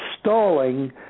stalling